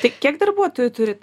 tai kiek darbuotojų turit